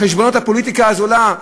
החשבונות של הפוליטיקה הזולה,